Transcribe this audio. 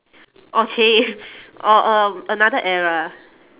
oh !chey! oh um another era